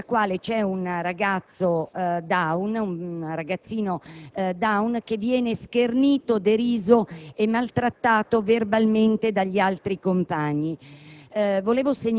all'interno della quale vi è un ragazzino Down, schernito, deriso e maltrattato verbalmente dagli altri compagni.